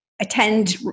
attend